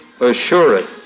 assurance